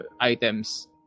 items